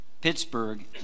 Pittsburgh